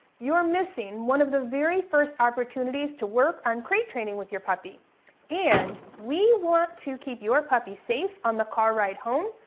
you're missing one of the very first opportunities to work on crate training with your puppy and, we want to keep your pup safe on the car ride home,